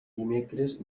dimecres